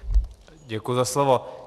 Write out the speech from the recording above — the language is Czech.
Děkuji za slovo.